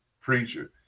preacher